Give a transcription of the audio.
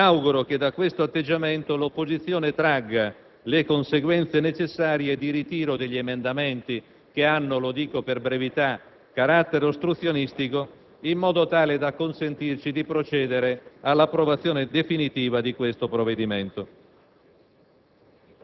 da questo stesso atteggiamento tragga le conseguenze necessarie, ritirando quegli emendamenti che hanno - lo dico per brevità - carattere ostruzionistico, in modo tale da consentirci di procedere all'approvazione definitiva del provvedimento.